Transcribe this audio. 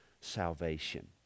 salvation